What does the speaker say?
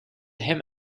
him